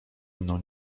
mną